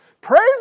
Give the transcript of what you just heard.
Praise